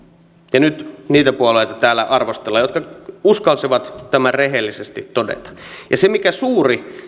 ja nyt niitä puolueita täällä arvostellaan jotka uskalsivat tämän rehellisesti todeta se suuri